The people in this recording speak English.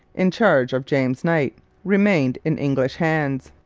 in charge of james knight remained in english hands.